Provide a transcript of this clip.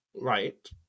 Right